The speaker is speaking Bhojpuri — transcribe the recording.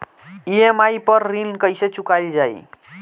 ई.एम.आई पर ऋण कईसे चुकाईल जाला?